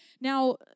Now